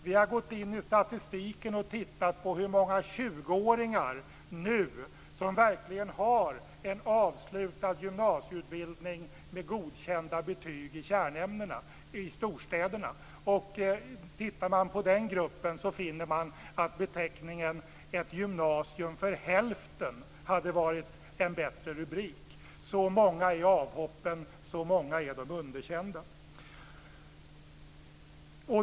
Vi har gått in i statistiken och tittat på hur många 20-åringar i storstäderna som nu verkligen har en avslutad gymnasieutbildning med godkända betyg i kärnämnena. Och tittar man på den gruppen så finner man att beteckningen Ett gymnasium för hälften hade varit en bättre rubrik. Så många är avhoppen, och så många är de underkända.